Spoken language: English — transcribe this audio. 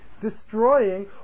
destroying